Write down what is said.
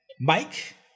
Mike